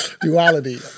Duality